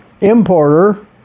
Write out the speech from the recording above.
importer